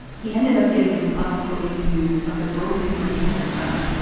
he ended up getting an up close view of the broken police system,